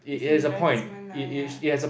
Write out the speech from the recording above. it's investment lah yeah